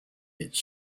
its